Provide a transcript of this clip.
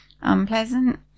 unpleasant